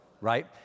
right